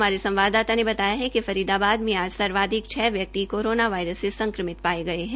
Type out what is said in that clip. हमारे संवाददाता ने बताया कि फरीदाबाद में आज सर्वाधिक छ व्यक्ति कोरोना वायरस से संक्रमित पाये गये है